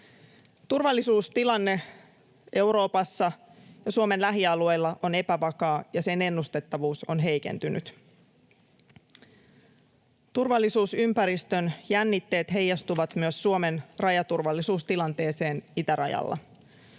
Turvallisuustilanne Euroopassa ja Suomen lähialueilla on epävakaa, ja sen ennustettavuus on heikentynyt. Turvallisuusympäristön jännitteet heijastuvat myös Suomen rajaturvallisuustilanteeseen itärajalla.